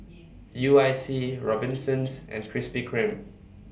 U I C Robinsons and Krispy Kreme